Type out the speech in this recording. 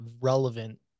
relevant